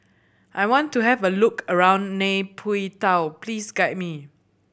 I want to have a look around Nay Pyi Taw please guide me